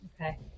Okay